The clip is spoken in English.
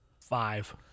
Five